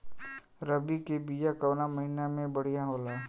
रबी के बिया कवना महीना मे बढ़ियां होला?